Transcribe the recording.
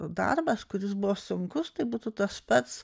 darbas kuris buvo sunkus tai būtų tas pats